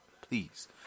Please